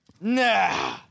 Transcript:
Nah